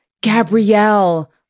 Gabrielle